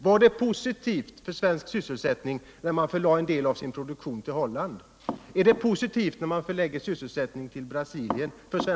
Var det positivt för svensk sysselsättning att man förlade en del av sin produktion till Holland, och är det positivt för svenska arbetare att förlägga sysselsättning till Brasilien?